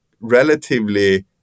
relatively